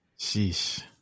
sheesh